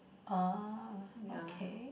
ah okay